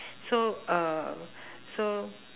so uh so